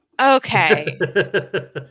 Okay